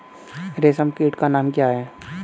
रेशम कीट का नाम क्या है?